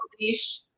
leash